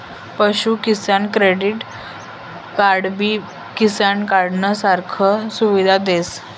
पशु किसान क्रेडिट कार्डबी किसान कार्डनं सारखा सुविधा देस